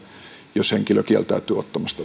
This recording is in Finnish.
jos henkilö kieltäytyy ottamasta